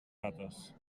rates